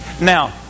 Now